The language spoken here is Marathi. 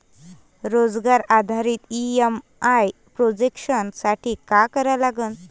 रोजगार आधारित ई.एम.आय प्रोजेक्शन साठी का करा लागन?